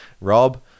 Rob